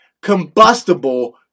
combustible